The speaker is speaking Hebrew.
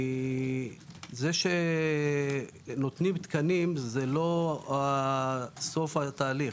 זה שנותנים תקנים זה לא סוף התהליך.